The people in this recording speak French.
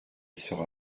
sera